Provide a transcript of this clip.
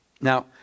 Now